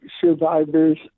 survivors